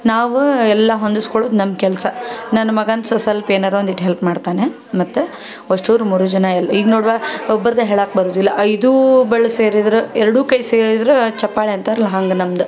ನಾವು ಎಲ್ಲ ಹೊಂದ್ಸ್ಕೊಳ್ಳೋದು ನಮ್ಮ ಕೆಲಸ ನನ್ನ ಮಗಂದು ಸ್ವಲ್ಪ ಏನಾರು ಒಂದು ಇಟ್ಟು ಹೆಲ್ಪ್ ಮಾಡ್ತಾನೆ ಮತ್ತು ಅಷ್ಟು ಅವ್ರು ಮೂರು ಜನ ಎಲ್ಲ ಈಗ ನೋಡುವ ಒಬ್ಬದು ಹೇಳೋಕೆ ಬರುವುದಿಲ್ಲ ಐದು ಬೆರ್ಳು ಸೇರಿದ್ರೆ ಎರಡು ಕೈ ಸೇರಿದ್ರೆ ಚಪ್ಪಾಳೆ ಅಂತಾರಲ್ಲ ಹಂಗೆ ನಮ್ದು